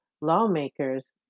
lawmakers